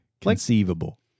conceivable